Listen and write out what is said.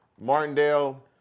Martindale